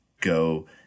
go